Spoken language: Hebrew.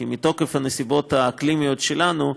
כי מתוקף הנסיבות האקלימיות שלנו,